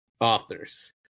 authors